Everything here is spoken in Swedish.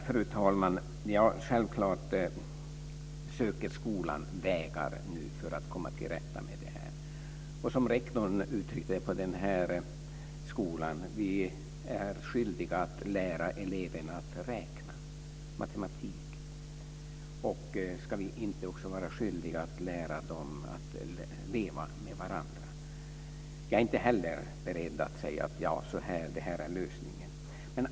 Fru talman! Självklart söker skolan nu vägar för att komma till rätta med det här. Och som rektorn på den här skolan uttryckte det: Vi är skyldiga att lära eleverna att räkna - alltså matematik. Ska vi inte också vara skyldiga att lära dem leva med varandra? Jag är inte heller beredd att säga att det här är lösningen.